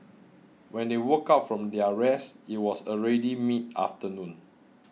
when they woke up from their rest it was already mid afternoon